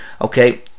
okay